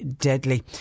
deadly